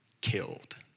killed